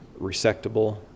resectable